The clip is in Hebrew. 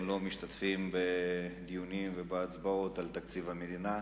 לא משתתפים בדיונים ובהצבעות על תקציב המדינה.